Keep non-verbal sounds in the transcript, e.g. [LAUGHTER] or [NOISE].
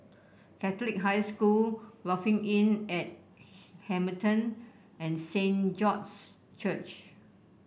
Catholic High School Lofi Inn at [NOISE] Hamilton and Saint George's Church